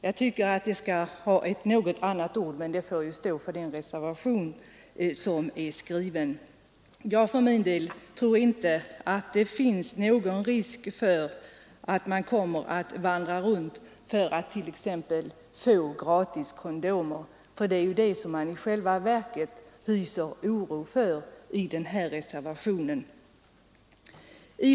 Jag tycker att man skall använda något annat ord, men detta får stå för den reservation som är skriven. Jag för min del tror inte det finns någon risk för att man kommer att vandra runt för att t.ex. få gratis kondomer. Det är ju det reservanterna hyser oro för.